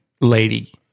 lady